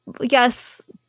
Yes